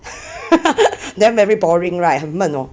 then very boring [right] 很闷 hor